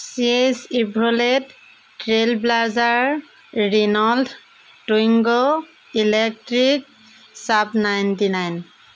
Chevrolet Trailblazer Renault Twingo electric Saab ninety nine